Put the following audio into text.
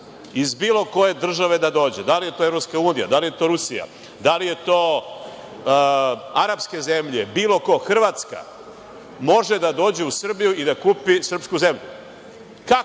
iz bilo koje države da dođe, da li je to EU, da li je to Rusija, da li su to arapske zemlje, bilo ko, Hrvatska, može da dođe u Srbiju i da kupi srpsku zemlju.